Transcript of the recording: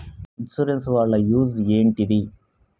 Insurance వాళ్ల use ఏంటిది?